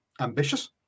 ambitious